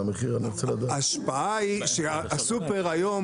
הסופר היום,